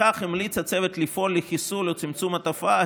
לפיכך המליץ הצוות לפעול לחיסול או לצמצום התופעה,